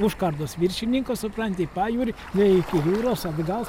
užkardos viršininko supranti į pajūrį nuėjo iki jūros atgals